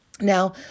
Now